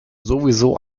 sowieso